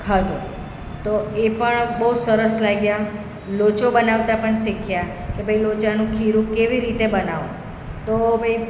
ખાધો તો એ પણ બહુ સરસ લાગ્યા લોચો બનાવતા પણ શીખ્યા કે ભાઈ લોચાનું ખીરુ કેવી બનાવવું તો ભાઈ